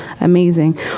amazing